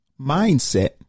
mindset